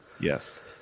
Yes